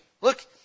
look